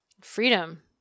Freedom